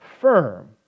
firm